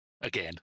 Again